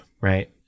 Right